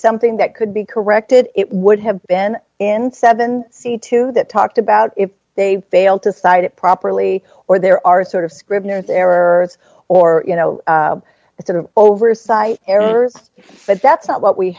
something that could be corrected it would have been in seven c two that talked about if they fail to cite it properly or there are sort of scribner's error or you know it's an oversight errors but that's not what we